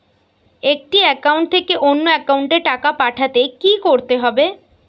একটি একাউন্ট থেকে অন্য একাউন্টে টাকা পাঠাতে কি করতে হবে?